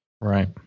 right